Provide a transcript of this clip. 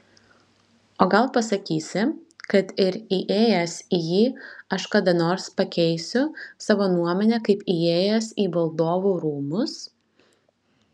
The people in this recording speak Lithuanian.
o gal pasakysi kad ir įėjęs į jį aš kada nors pakeisiu savo nuomonę kaip įėjęs į valdovų rūmus